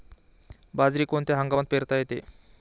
बाजरी कोणत्या हंगामात पेरता येते?